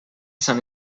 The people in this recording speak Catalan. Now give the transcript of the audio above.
sant